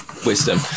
wisdom